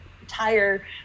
entire